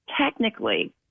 Technically